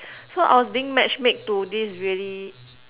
so I was being match-made to this really